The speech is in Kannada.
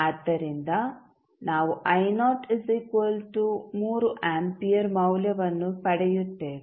ಆದ್ದರಿಂದ ನಾವು ಅಂಪಿಯರ್ಮೌಲ್ಯವನ್ನು ಪಡೆಯುತ್ತೇವೆ